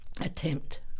attempt